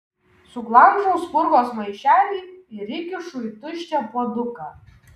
suglamžau spurgos maišelį ir įkišu į tuščią puoduką